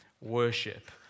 worship